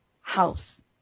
house